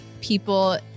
people